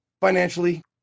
financially